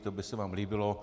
To by se vám líbilo.